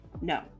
no